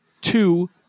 Two